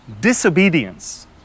disobedience